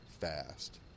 fast